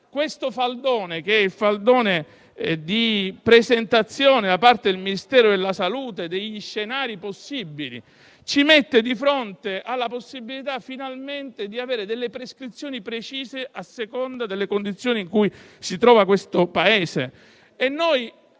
Il faldone che ho in mano, che è la presentazione da parte del Ministero della salute, degli scenari possibili, ci mette di fronte alla possibilità, finalmente, di avere delle prescrizioni precise a seconda delle condizioni in cui si trova il Paese.